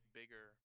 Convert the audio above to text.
bigger